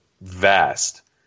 vast